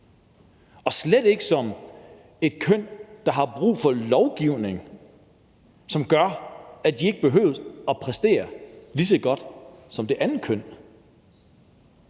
og slet ikke som et køn, der har brug for lovgivning, som gør, at de ikke behøver at præstere lige så godt som det andet køn.